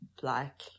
Black